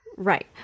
Right